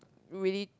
really